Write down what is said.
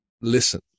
listen